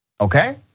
okay